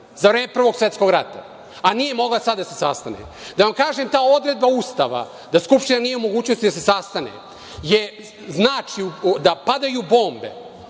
rata je radila Skupština, a nije mogla sad da se sastane. Da vam kažem, ta odredba Ustava da Skupština nije u mogućnosti da se sastane znači da padaju bombe,